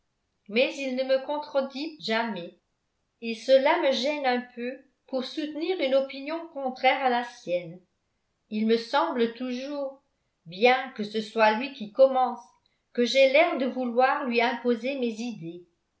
mais il ne me contredit jamais et cela me gêne un peu pour soutenir une opinion contraire à la sienne il me semble toujours bien que ce soit lui qui commence que j'ai l'air de vouloir lui imposer mes idées